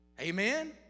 amen